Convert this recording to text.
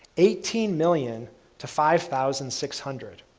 eighteen million to five thousand six hundred.